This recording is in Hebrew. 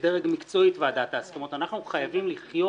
כדרג מקצועי את ועדת ההסכמות, אנחנו חייבים לחיות